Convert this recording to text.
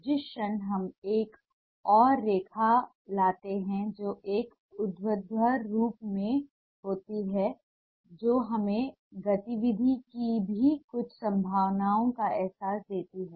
जिस क्षण हम एक और रेखा लाते हैं जो एक ऊर्ध्वाधर रूप में होती है जो हमें गतिविधि की कुछ संभावनाओं का एहसास देती है